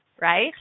right